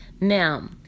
Now